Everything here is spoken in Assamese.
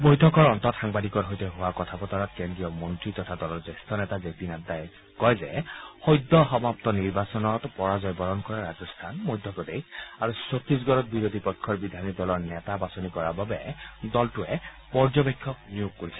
বৈঠকৰ অন্তত সাংবাদিকৰ সৈতে হোৱা কথা বতৰাত কেন্দ্ৰীয় মন্তী তথা দলৰ জ্যেষ্ঠ নেতা জে পি নাড্ডাই কয় যে সদ্যসমাপ্ত বিধানসভা নিৰ্বাচনত পৰাজয়বৰণ কৰা ৰাজস্থান মধ্যপ্ৰদেশ আৰু ছত্তিশগড়ত বিৰোধী পক্ষৰ বিধায়িনী দলৰ নেতা বাছনি কৰাৰ বাবে দলটোৱে পৰ্যবেক্ষক নিয়োগ কৰিছে